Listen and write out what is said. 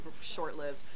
short-lived